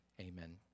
amen